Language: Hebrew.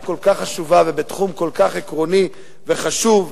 כל כך חשובה ובתחום כל כך עקרוני וחשוב,